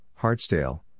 Hartsdale